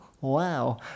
wow